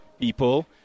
people